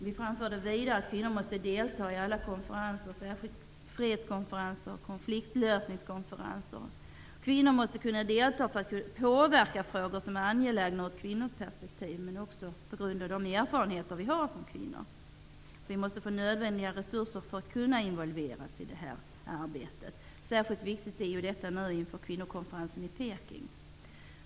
Vi framför vidare att kvinnor måste delta i alla konferenser, särskilt freds och konfliktslösningskonferenser. Kvinnor måste delta för att kunna påverka frågor som är angelägna i ett kvinnoperspektiv, men också på grund av de erfarenheter vi har som kvinnor. Vi måste få nödvändiga resurser för att kunna involveras i arbetet. Särskilt viktigt är detta inför kvinnokonferensen i Peking.